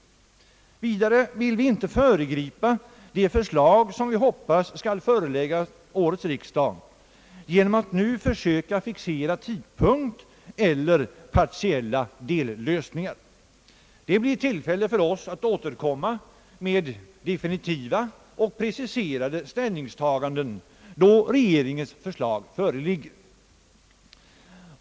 Vidare vill vi inte föregripa det förslag som vi hoppas skall föreläggas årets riksdag genom att nu försöka fixera tidpunkt eller partiella lösningar. Det blir tillfälle för oss att återkomma med definitiva och preciserade ställningstaganden då regeringens förslag föreligger.